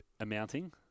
amounting